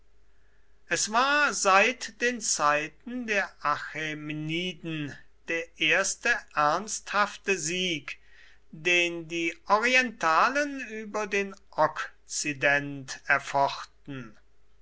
es war seit den zeiten der achämeniden der erste ernsthafte sieg den die orientalen über den okzident erfochten